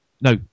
no